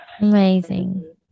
Amazing